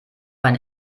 man